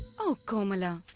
o komala,